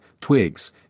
twigs